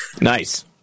Nice